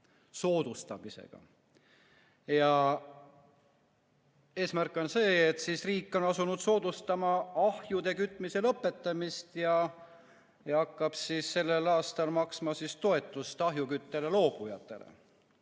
Soodustamisega! Eesmärk on see, et riik on asunud soodustama ahjude kütmise lõpetamist ja hakkab sellel aastal maksma toetust ahjuküttest loobujatele.